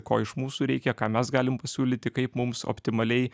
ko iš mūsų reikia ką mes galim pasiūlyti kaip mums optimaliai